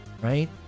right